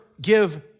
give